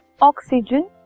oxygen